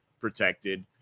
protected